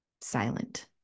silent